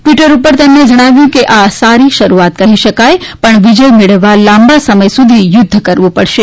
Twitter ઉપર તેમણે જણાવ્યું હતું કે આ સારી શરૂઆત કહી શકાય પણ વિજય મેળવવા લાંબા સમય સુધી યુધ્ધ કરવું પડશે